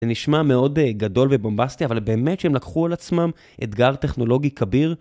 זה נשמע מאוד גדול ובומבסטי, אבל באמת שהם לקחו על עצמם אתגר טכנולוגי כביר.